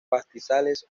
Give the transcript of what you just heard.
pastizales